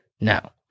Now